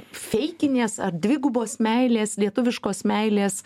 feikinės ar dvigubos meilės lietuviškos meilės